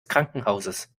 krankenhauses